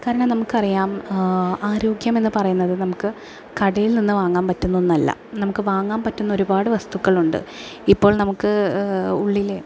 കാരണം നമുക്കറിയാം ആരോഗ്യമെന്ന് പറയുന്നത് നമുക്ക് കടയിൽ നിന്ന് വാങ്ങാൻ പറ്റുന്ന ഒന്നല്ല നമുക്ക് വാങ്ങാൻ പറ്റുന്ന ഒരുപാട് വസ്തുക്കൾ ഉണ്ട് ഇപ്പോൾ നമുക്ക് ഉള്ളിലെ